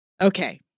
Okay